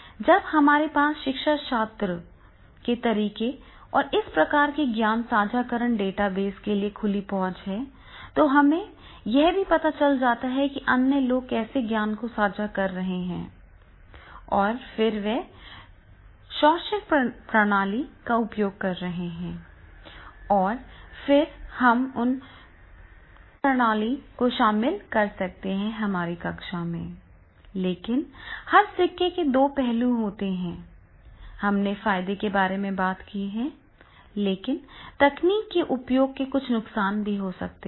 जब हमारे पास शिक्षाशास्त्र के तरीकों और इस प्रकार के ज्ञान साझाकरण डेटाबेस के लिए खुली पहुंच है तो हमें यह भी पता चल जाता है कि अन्य लोग कैसे ज्ञान को साझा कर रहे हैं और वे किस शैक्षणिक प्रणाली का उपयोग कर रहे हैं और फिर हम उन शैक्षणिक प्रणाली को शामिल कर सकते हैं हमारी कक्षा लेकिन हर सिक्के के दो पहलू होते हैं हमने फायदे के बारे में बात की है लेकिन तकनीक के उपयोग के कुछ नुकसान भी हो सकते हैं